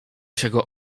czego